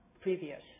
previous